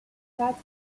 statutes